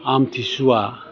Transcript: आमथिसुवा